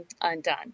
undone